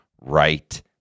right